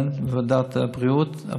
כן, לוועדת הבריאות.